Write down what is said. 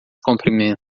comprimento